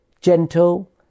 gentle